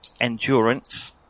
endurance